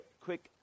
quick